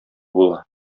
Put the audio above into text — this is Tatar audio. була